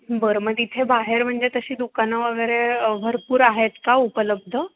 बरं मग तिथे बाहेर म्हणजे तशी दुकानं वगैरे भरपूर आहेत का उपलब्ध